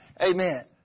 Amen